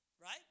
Right